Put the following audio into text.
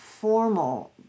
formal